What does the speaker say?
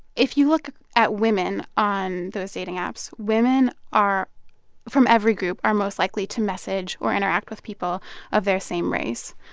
if you look at women on those dating apps, women are from every group are most likely to message or interact with people of their same race.